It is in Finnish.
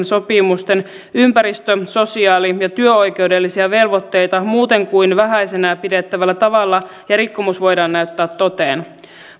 sopimusten ympäristö sosiaali ja työoikeudellisia velvoitteita muuten kuin vähäisenä pidettävällä tavalla ja rikkomus voidaan näyttää toteen